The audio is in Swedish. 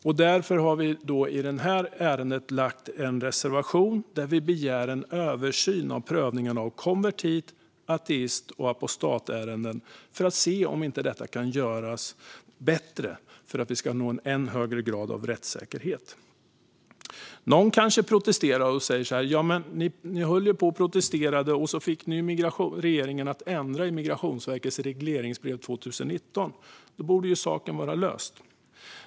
Vi har i detta ärende därför en reservation i vilken vi begär en översyn av prövningen av konvertit, ateist och apostatärenden för att se om inte detta kan göras bättre och på så vis nå en ännu högre grad av rättssäkerhet. Någon kanske protesterar och säger så här: "Jamen, ni protesterade ju och fick regeringen att ändra i Migrationsverkets regleringsbrev 2019. Då borde saken vara löst."